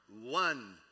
one